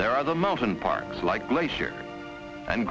there are the mountain parks like glacier and